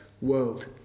world